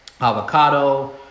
avocado